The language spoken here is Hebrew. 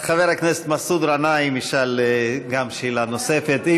חבר הכנסת מסעוד גנאים ישאל גם הוא שאלה נוספת,